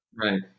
Right